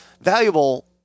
valuable